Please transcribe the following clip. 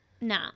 Nah